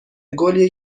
گلیه